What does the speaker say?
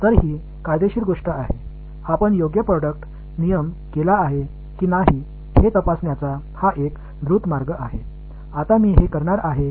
எனவே இது ஒரு சட்டபூர்வமான செய்யவேண்டிய விஷயம் நீங்கள் சரியான ப்ரோடெக்ட் ரூல் படி செய்திருக்கிறீர்களா என்பதைச் சரிபார்க்க இது ஒரு விரைவான வழியாகும்